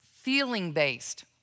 feeling-based